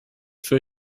für